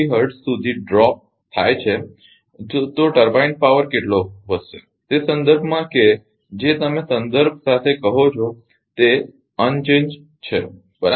20 hertz સુધી ડ્રોપનીચે જાય તો ટર્બાઇન પાવર કેટલો વધશે તે સંદર્ભમાં કે જે તમે સંદર્ભ સાથે કહો છો તે યથાવત્ છે બરાબર